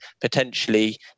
potentially